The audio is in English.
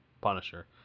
Punisher